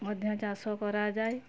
ମଧ୍ୟ ଚାଷ କରାଯାଏ